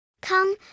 Come